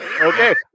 Okay